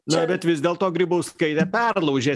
na bet vis dėlto grybauskaitė perlaužė